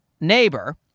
neighbor